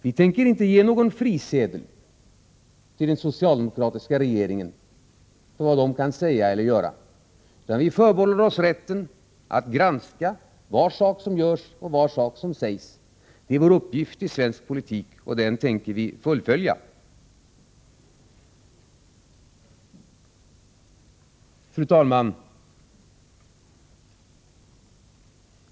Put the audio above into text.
Vi tänker inte ge någon frisedel till den socialdemokratiska regeringen beträffande vad den kan säga eller göra, utan vi förbehåller oss rätten att granska var sak som görs och var sak som sägs. Det är vår uppgift i svensk politik, och den tänker vi hålla fast vid. Fru talman!